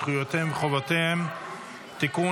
זכויותיהם וחובותיהם (תיקון,